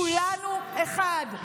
כולנו אחד.